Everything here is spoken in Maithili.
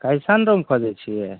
कैसन रूम खोजैत छियै